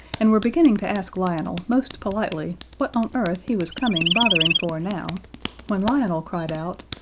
and were beginning to ask lionel most politely what on earth he was coming bothering for now when lionel cried out